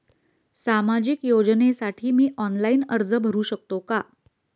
सामाजिक योजनेसाठी मी ऑनलाइन अर्ज करू शकतो का?